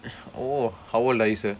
oh how old are you sir